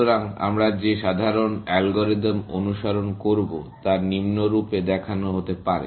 সুতরাং আমরা যে সাধারণ অ্যালগরিদম অনুসরণ করব তা নিম্নরূপে দেখানো হতে পারে